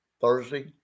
Thursday